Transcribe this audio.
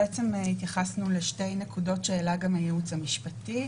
התייחסנו לשתי נקודות שהעלה גם הייעוץ המשפטי.